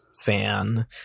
fan